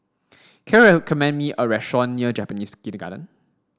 can you recommend me a restaurant near Japanese Kindergarten